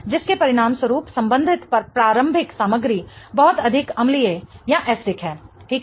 जिसके परिणामस्वरूप संबंधित प्रारंभिक सामग्री बहुत अधिक अम्लीय है ठीक है